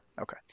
Okay